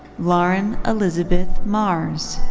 lauren elizabeth marrs.